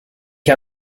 che